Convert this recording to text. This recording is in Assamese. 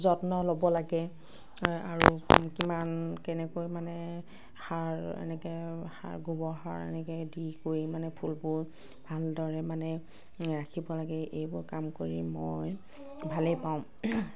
যত্ন ল'ব লাগে আৰু কিমান কেনেকৈ মানে সাৰ এনেকৈ সাৰ গোবৰ সাৰ এনেকৈ দি কৰি মানে ফুলবোৰ ভালদৰে মানে ৰাখিব লাগে এইবোৰ কাম কৰি মই ভালেই পাওঁ